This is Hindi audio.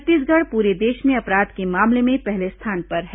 छत्तीसगढ़ पूरे देश में अपराध के मामले में पहले स्थान पर है